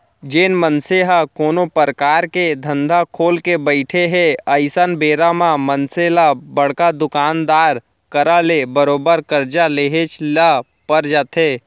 जेन मनसे ह कोनो परकार के धंधा खोलके बइठे हे अइसन बेरा म मनसे ल बड़का दुकानदार करा ले बरोबर करजा लेहेच ल पर जाथे